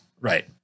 Right